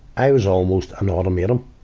i was almost an automatum.